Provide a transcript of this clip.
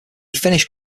finished